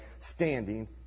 standing